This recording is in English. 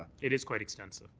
it is quite extensive.